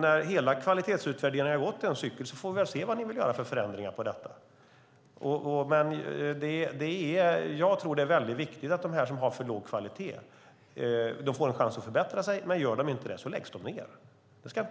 när hela kvalitetsutvärderingen har gått en cykel. Då får vi väl se vad ni vill göra för förändringar av det hela. Jag tror att det är väldigt viktigt att de som har för låg kvalitet får en chans att förbättra sig, men om de inte gör det läggs utbildningarna ned.